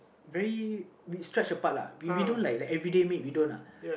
very we stretched apart lah we we don't like everyday meet we don't lah